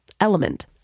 Element